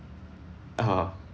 oh